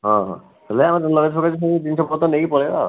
ହଁ ହଁ ହେଲେ ଆମେ ଲଗେଜ୍ ଫଗେଜ ସବୁ ଜିନିଷ ପତର ନେଇକି ପଳାଇବା